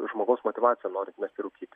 žmogaus motyvacija norint mesti rūkyti